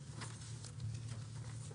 זו המשמעות.